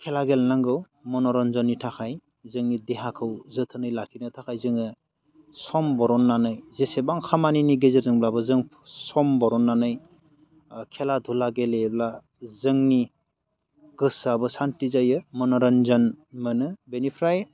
खेला गेलेनांगौ मनरन्जननि थाखाय जोंनि देहाखौ जोथोनै लाखिनो थाखाय जोङो सम दिहुननानै जेसेबां खामानिनि गेजेरजोंब्लाबो जों सम दिहुननानै खेला धुला गेलेयोब्ला जोंनि गोसोआबो सान्थि जायो मनरनजन मोनो बेनिफ्राय